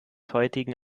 heutigen